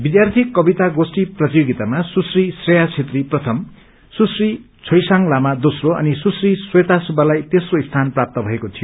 विद्यार्थी कविता गोष्ठी प्रतियोगितामा सुश्री श्रेया छेत्री प्रथम सुश्री छोइसांग लामा दोस्रो अनि सुश्री स्वेता सुब्बालाई तेस्रो स्थान प्राप्त भएको थियो